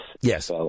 Yes